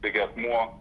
taigi akmuo